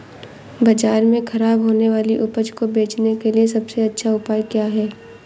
बाज़ार में खराब होने वाली उपज को बेचने के लिए सबसे अच्छा उपाय क्या हैं?